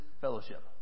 fellowship